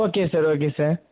okay sir okay sir